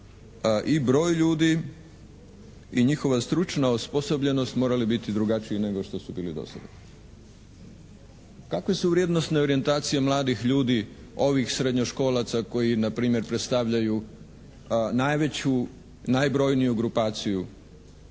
i broju ljudi i njihova stručna osposobljenost morali biti drugačiji nego što su bili do sada. Kakve su vrijednosne orijentacije mladih ljudi, ovih srednjoškolaca koji npr. predstavljaju najveću, najbrojniju grupaciju